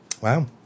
Wow